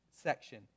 section